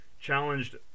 challenged